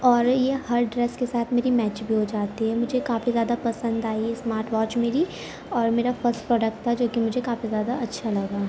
اور یہ ہر ڈریس کے ساتھ میری میچ بھی ہو جاتی ہے مجھے کافی زیادہ پسند آئی ہے اسمارٹ واچ میری اور میرا فرسٹ پروڈکٹ تھا جو کہ مجھے کافی زیادہ اچھا لگا